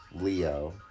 Leo